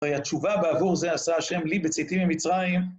והתשובה בעבור זה עשה השם לי בצאתי ממצרים.